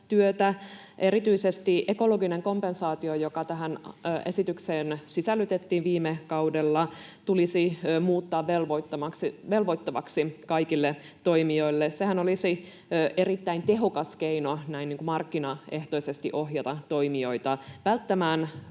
Erityisesti ekologinen kompensaatio, joka tähän esitykseen sisällytettiin viime kaudella, tulisi muuttaa velvoittavaksi kaikille toimijoille. Sehän olisi erittäin tehokas keino näin markkinaehtoisesti ohjata toimijoita välttämään